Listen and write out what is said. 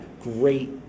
great